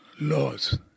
laws